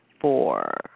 four